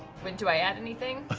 wait, do i add anything?